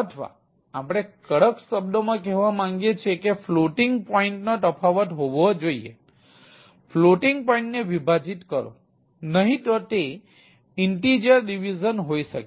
અથવા આપણે કડકશબ્દોમાં કહેવા માંગીએ છીએ કે ફ્લોટિંગ પોઇન્ટ હોઈ શકે છે